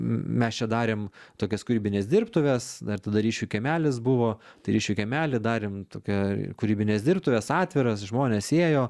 mes čia darėm tokias kūrybines dirbtuves dar tada ryšių kiemelis buvo tai ryšių kiemely darėm tokią kūrybines dirbtuves atviras žmonės ėjo